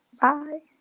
Bye